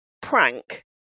prank